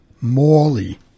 Morley